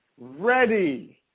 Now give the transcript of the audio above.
ready